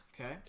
Okay